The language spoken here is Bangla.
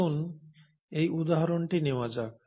আসুন এই উদাহরণটি নেওয়া যাক